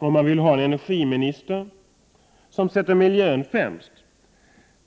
Vill han ha en energiminister som sätter miljön främst